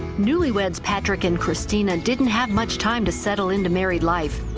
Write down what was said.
newlyweds patrick and christina didn't have much time to settle into married life.